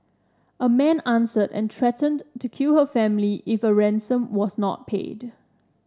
a man answered and threatened to kill her family if a ransom was not paid